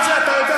למה אתה מסלף?